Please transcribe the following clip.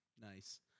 Nice